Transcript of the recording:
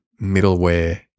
middleware